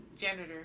janitor